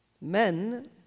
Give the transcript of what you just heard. men